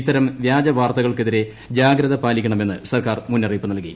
ഇത്തരം വ്യാജ വാർത്തകൾക്കെതിരെ ജാഗ്രത പാലിക്കണമെന്ന് സർക്കാർ മുന്നറിയിപ്പ് നൽകി